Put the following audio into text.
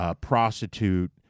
prostitute